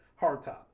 hardtop